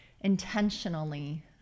intentionally